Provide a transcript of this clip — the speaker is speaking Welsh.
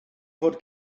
fod